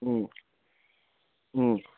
হুম হুম